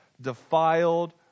defiled